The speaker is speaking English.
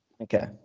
Okay